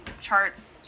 charts